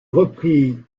reprit